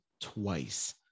twice